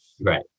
Right